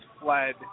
fled